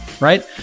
right